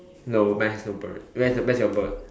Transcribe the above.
no mine has no bird where's your where's your bird